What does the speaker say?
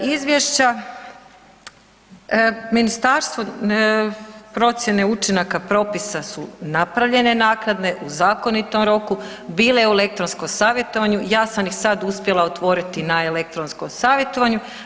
Izvješća, ministarstvo procjene učinaka propisa su napravljene naknado, u zakonitom roku, bile u elektronskom savjetovanju, ja sam ih sad uspjela otvoriti na elektronskom savjetovanju.